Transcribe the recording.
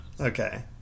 Okay